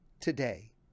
today